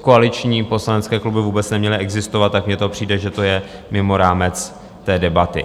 koaliční poslanecké kluby vůbec neměly existovat, tak mně to přijde, že to je mimo rámec té debaty.